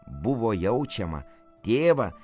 buvo jaučiama tėvą